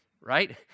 right